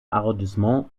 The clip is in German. arrondissement